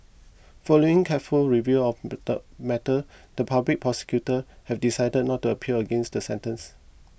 following careful review of matter the Public Prosecutor has decided not to appeal against the sentence